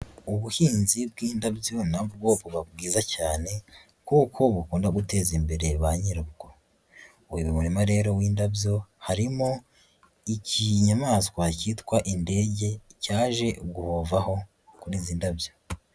Ubuhinzi bw'indabyo na bwo buba bwiza cyane kuko bukunda guteza imbere ba nyirabwo; uyu murima rero w'indabyo harimo ikinyamaswa cyitwa indege cyaje guhovaho, kuri izi ndabyo.